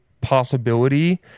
possibility